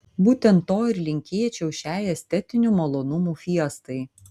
būtent to ir linkėčiau šiai estetinių malonumų fiestai